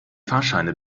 fahrscheine